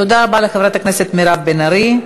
תודה רבה לחברת הכנסת מירב בן ארי.